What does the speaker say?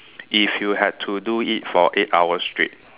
if you have to do it for eight hours straight